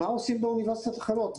מה עושים באוניברסיטאות אחרות?